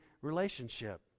relationship